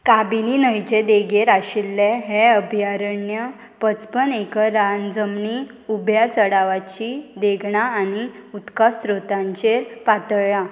काबिनी न्हंयचे देगेर आशिल्ले हें अभयारण्य पचपन एकर रान जमनी उब्या चडावाची देगणां आनी उदका स्रोतांचेर पातळ्ळां